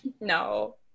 no